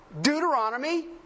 Deuteronomy